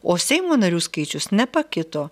o seimo narių skaičius nepakito